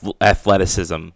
athleticism